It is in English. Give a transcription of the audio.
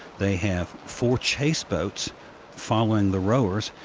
they have four chase boats following the rowers,